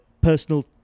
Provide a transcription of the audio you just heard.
personal